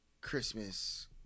Christmas